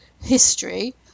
history